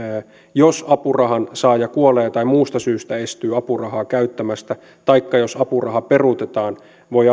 jos apurahan saaja kuolee tai muusta syystä estyy apurahaa käyttämästä taikka jos apuraha peruutetaan voi